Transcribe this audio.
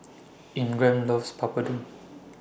Ingram loves Papadum